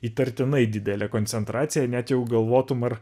įtartinai didelė koncentracija net jau galvotum ar